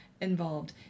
involved